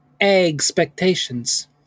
expectations